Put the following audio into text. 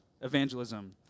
evangelism